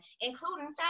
including